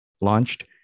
launched